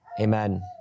Amen